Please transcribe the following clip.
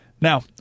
Now